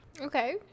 okay